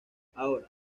ahora